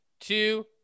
two